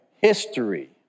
history